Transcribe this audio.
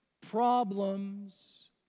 problems